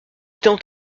tant